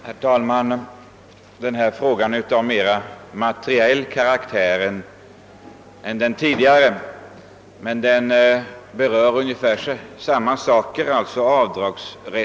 Herr talman! Denna fråga är av mera materiell karaktär än den föregående men berör ungefär samma sak, nämligen rätten att göra avdrag.